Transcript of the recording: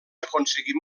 aconseguir